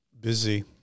busy